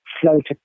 float